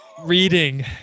reading